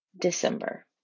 December